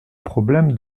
problème